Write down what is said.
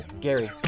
Gary